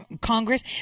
Congress